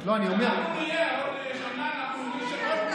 עוד שנה אנחנו הולכים,